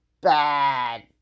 bad